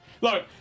Look